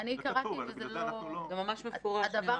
זאת פעם